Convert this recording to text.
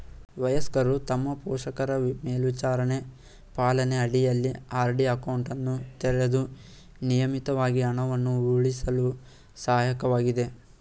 ವಯಸ್ಕರು ತಮ್ಮ ಪೋಷಕರ ಮೇಲ್ವಿಚಾರಣೆ ಪಾಲನೆ ಅಡಿಯಲ್ಲಿ ಆರ್.ಡಿ ಅಕೌಂಟನ್ನು ತೆರೆದು ನಿಯಮಿತವಾಗಿ ಹಣವನ್ನು ಉಳಿಸಲು ಸಹಾಯಕವಾಗಿದೆ